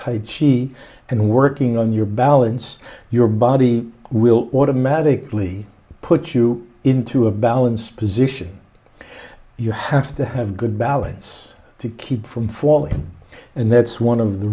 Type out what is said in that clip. type she and working on your balance your body will automatically put you into a balanced position you have to have good balance to keep from falling and that's one of the